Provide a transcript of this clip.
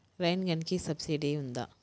Rain గన్కి subsidy ఉందా?